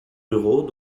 ruraux